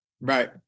Right